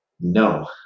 No